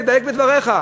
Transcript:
תדייק בדבריך?